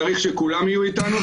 צריך שכולם יהיו איתנו,